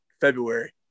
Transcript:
February